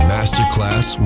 Masterclass